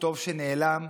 שטוב שנעלם,